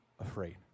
afraid